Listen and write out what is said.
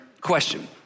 question